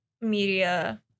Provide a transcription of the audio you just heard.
media